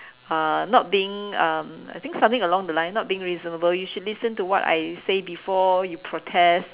uh not being um I think something along the line not being reasonable you should listen to what I say before you protest